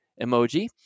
emoji